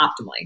optimally